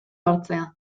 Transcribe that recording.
hartzea